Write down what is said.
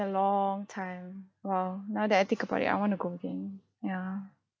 a long time !wow! now that I think about it I want to go again yeah